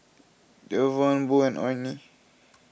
Jevon Bo and Orrie